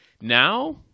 now